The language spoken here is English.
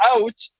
out